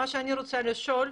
מה שאני רוצה לשאול,